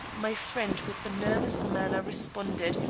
my friend with the nervous manner responded,